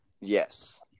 Yes